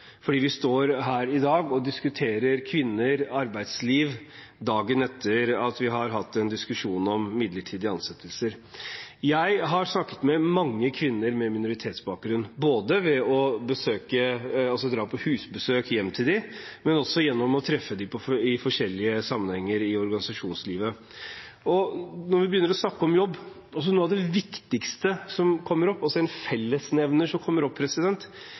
vi står her i dag og diskuterer kvinner og arbeidsliv dagen etter at vi har hatt en diskusjon om midlertidige ansettelser. Jeg har snakket med mange kvinner med minoritetsbakgrunn, både ved å dra på husbesøk hjem til dem og gjennom å treffe dem i forskjellige sammenhenger i organisasjonslivet. Når vi begynner å snakke om jobb, er noe av det viktigste som kommer opp – en fellesnevner som kommer opp: